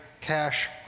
cash